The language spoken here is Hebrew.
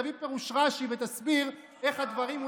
תביא פירוש רש"י ותסביר איך הדברים.